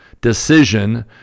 decision